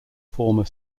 former